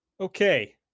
Okay